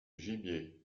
gibier